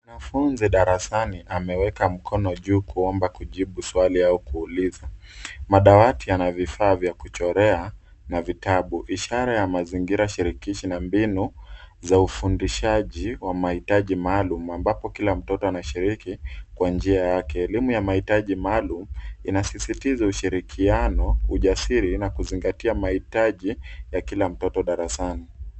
Mwanafunzi darasani ameweka mkono juu kuomba kujibu swali au kuuliza. Madawati yana vifaa vya kuchorea na vitabu, ishara ya mazingira shirikishi na mbinu za ufundishaji wa mahitaji maalum ambapo kila mtoto anashiriki kwa njia yake. Elimu ya mahitaji maalum inasisitiza ushirikiano, ujasiri na kuzingatia mahitaji ya kila mtoto darasani.